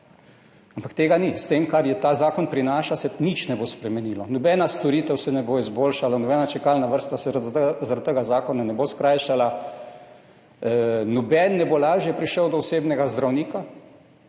Ampak tega ni. S tem, kar ta zakon prinaša, se nič ne bo spremenilo. Nobena storitev se ne bo izboljšala, nobena čakalna vrsta se zaradi tega zakona ne bo skrajšala, nihče ne bo lažje prišel do osebnega zdravnika.